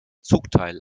zugteil